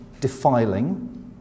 defiling